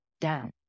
down